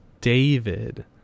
david